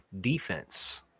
defense